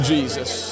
Jesus